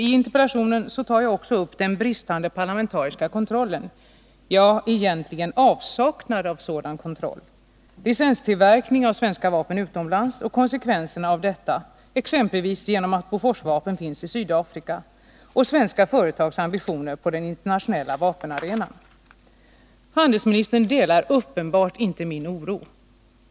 I interpellationen tar jag också upp den bristande parlamentariska kontrollen — ja, egentligen avsaknaden av sådan kontroll —, licenstillverkningen av svenska vapen utomlands och konsekvenserna av denna, exempelvis att Boforsvapen finns i Sydafrika, och svenska företags ambitioner på den internationella vapenarenan. Handelsministern delar uppenbart inte min oro.